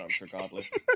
regardless